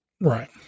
Right